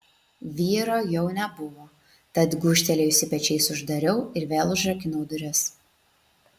vyro jau nebuvo tad gūžtelėjusi pečiais uždariau ir vėl užrakinau duris